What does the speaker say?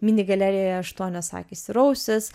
mini galerijoje aštuonios akys ir ausys